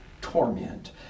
torment